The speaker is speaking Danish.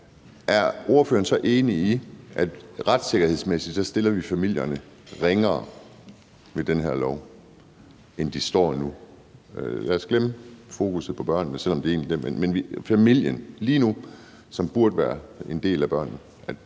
er ordføreren så enig i, at retssikkerhedsmæssigt stiller vi familierne ringere ved den her lov, end de står nu? Lad os glemme fokusset på børnene, selv om det egentlig er dem, det handler om, og lige nu fokusere på familien, som burde være en del af børnene.